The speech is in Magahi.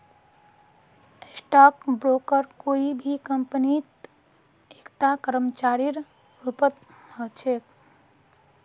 स्टाक ब्रोकर कोई भी कम्पनीत एकता कर्मचारीर रूपत ह छेक